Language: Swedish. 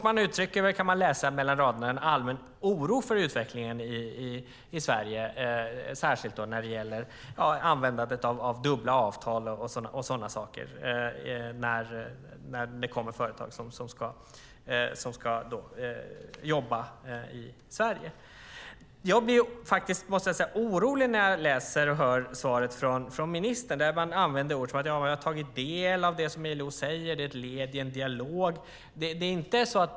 Man uttrycker, kan man läsa mellan raderna, en allmän oro för utvecklingen i Sverige, särskilt när det gäller användandet av dubbla avtal och sådana saker när det kommer företag som ska jobba i Sverige. Jag blir orolig när jag hör svaret från ministern, där hon använder uttryck som att hon har tagit del av det som ILO säger, att det är ett led i en dialog och så vidare.